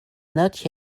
not